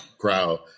crowd